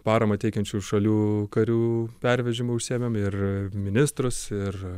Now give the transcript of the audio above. paramą teikiančių šalių karių pervežimu užsiėmėm ir ministrus ir